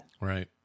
Right